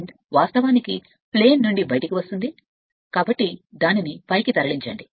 current వాస్తవానికి విమానం నుండి బయలుదేరడం లేదా ప్లేట్ నుండి బయలుదేరడం కాబట్టి దానిని పైకి తరలించండి